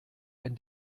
ein